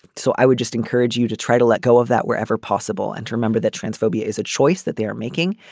so i would just encourage you to try to let go of that wherever possible and to remember that transphobia is a choice that they are making.